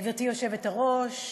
גברתי היושבת-ראש,